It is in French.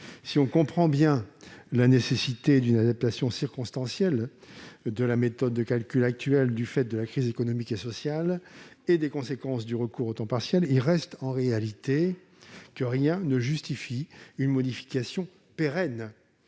Si l'on comprend bien la nécessité d'une adaptation circonstancielle de la méthode de calcul actuelle, du fait de la crise économique et sociale et des conséquences du recours au temps partiel, il reste en réalité que rien ne justifie une modification pérenne